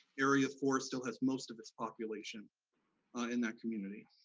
area four still has most of its population in that community.